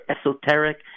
esoteric